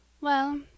Well